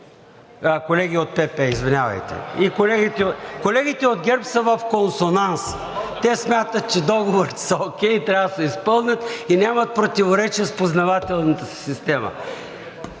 Колегите от ГЕРБ са в консонанс. Те смятат, че договорите са окей, трябва да се изпълнят и няма противоречие с познавателната система.